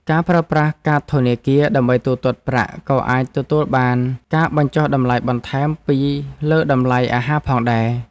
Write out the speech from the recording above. ការប្រើប្រាស់កាតធនាគារដើម្បីទូទាត់ប្រាក់ក៏អាចទទួលបានការបញ្ចុះតម្លៃបន្ថែមពីលើតម្លៃអាហារផងដែរ។